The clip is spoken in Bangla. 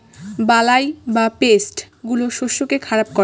বালাই বা পেস্ট গুলো শস্যকে খারাপ করে